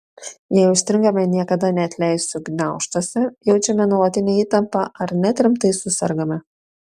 jei užstringame niekada neatleisiu gniaužtuose jaučiame nuolatinę įtampą ar net rimtai susergame